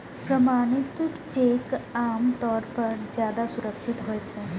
प्रमाणित चेक आम तौर पर ज्यादा सुरक्षित होइ छै